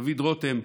דוד רותם,